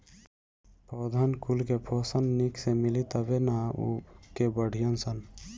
पौधन कुल के पोषन निक से मिली तबे नअ उ के बढ़ीयन सन